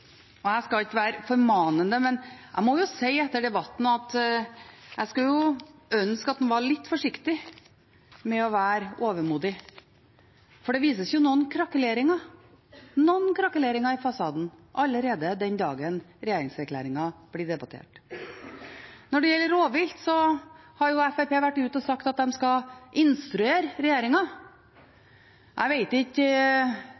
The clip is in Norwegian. flertallsregjering. Jeg skal ikke være formandende, men jeg må jo si, etter debatten, at jeg skulle ønske at en var litt forsiktig med å være overmodig, for det vises noen krakeleringer i fasaden allerede den dagen regjeringserklæringen blir debattert. Når det gjelder rovvilt, har Fremskrittspartiet vært ute og sagt at de skal instruere